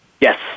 Yes